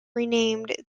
renamed